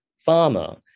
farmer